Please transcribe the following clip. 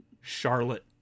Charlotte